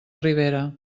ribera